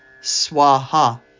Swaha